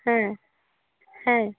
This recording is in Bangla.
হ্যাঁ হ্যাঁ